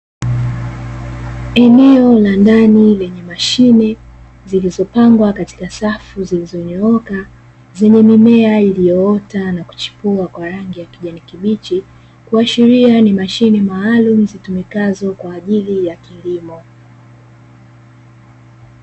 Eneo la ndani lenye mashine zilizopangwa katika safu zilizonyooka, zenye mimea iliyoota na kuchipua kwa rangi ya kijani kibichi, kuashiria ni mashine maalumu zitumikazo kwa ajili ya kilimo.